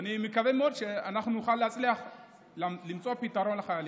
ואני מקווה מאוד שנוכל להצליח למצוא פתרון לחיילים.